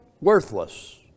worthless